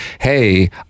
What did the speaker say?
hey